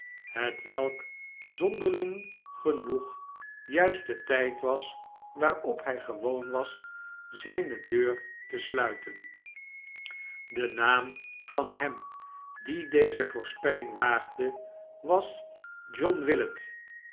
hetwelk zonderling genoeg juist de tiid was waarop hij gewoon was zijne deur te slmten denaam van hem die deze voorspelling waagde was john willet